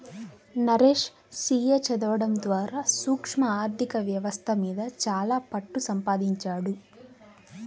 Naresh CA చదవడం ద్వారా సూక్ష్మ ఆర్ధిక వ్యవస్థ మీద చాలా పట్టుసంపాదించాడు